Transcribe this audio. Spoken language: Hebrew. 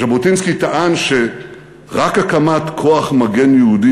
ז'בוטינסקי טען שרק הקמת כוח מגן יהודי